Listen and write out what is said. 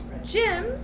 Jim